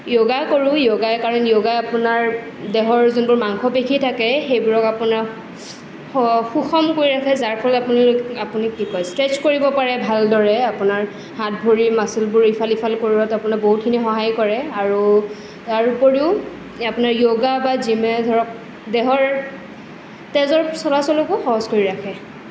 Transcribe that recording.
য়োগা কৰোঁ য়োগা কাৰণ য়োগা আপোনাৰ দেহৰ যোনটো মাংসপেশী থাকে সেইবোৰক আপোনাৰ সুষম কৰি ৰাখে যাৰ ফলত আপুনি কি কয় ষ্ট্ৰেছ কৰিব পাৰে ভালদৰে আপোনাৰ হাত ভৰিৰ মাছ'লবোৰ ইফাল সিফাল কৰোৱাত আপোনাৰ বহুতখিনি সহায় কৰে আৰু তাৰ উপৰিও আপোনাৰ য়োগা বা জিমে ধৰক দেহৰ তেজৰ চলাচলকো সহজ কৰি ৰাখে